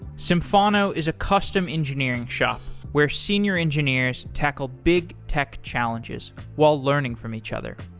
symphono is a custom engineering shop where senior engineers tackle big tech challenges while learning from each other.